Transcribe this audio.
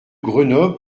grenoble